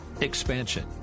Expansion